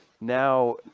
now